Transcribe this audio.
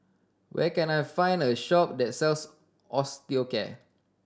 where can I find a shop that sells Osteocare